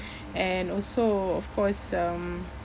and also of course um